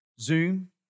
Zoom